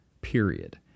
period